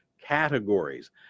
categories